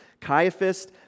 Caiaphas